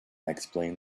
explained